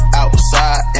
outside